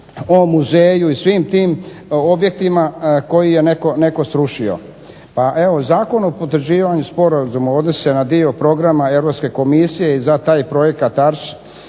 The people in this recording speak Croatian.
o muzeju i svim tim objektima koji je netko srušio. Pa evo Zakon o potvrđivanju sporazuma odnosi se na dio programa Europske Komisije i za taj projekat "Art